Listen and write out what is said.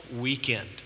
weekend